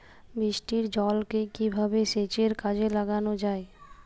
বৃষ্টির জলকে কিভাবে সেচের কাজে লাগানো য়ায়?